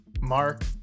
Mark